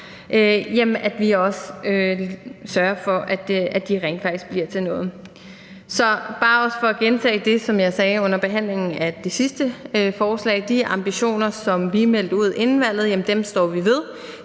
at vi også sørger for, at de ambitioner, vi har, rent faktisk bliver til noget. Så bare også for at gentage det, som jeg sagde under behandlingen af det foregående forslag: De ambitioner, som vi meldte ud inden valget, står vi ved;